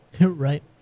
right